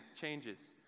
changes